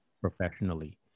professionally